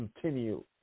continue